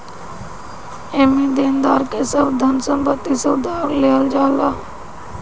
एमे देनदार के सब धन संपत्ति से उधार लेहल जाला